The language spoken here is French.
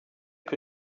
que